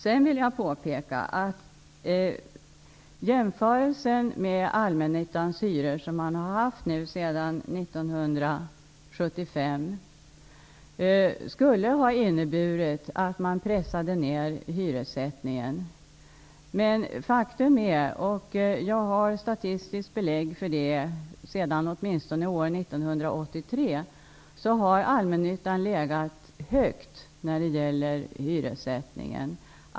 Jag vill påpeka att den jämförelse med Allmännyttans hyror som skett sedan 1975 skulle ha inneburit att man pressade ner hyressättningen. Men faktum är -- och jag har statistiskt belägg för detta sedan åtminstone år 1983 -- att Allmännyttan har legat högt i hyressättningen.